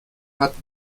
hat